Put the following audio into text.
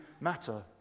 matter